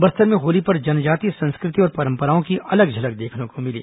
बस्तर में होली पर जनजातीय संस्कृति और परंपराओं की अलग झलक देखने को मिली